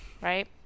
Right